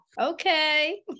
Okay